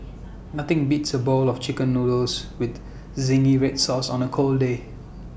nothing beats A bowl of Chicken Noodles with Zingy Red Sauce on A cold day